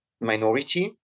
minority